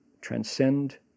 transcend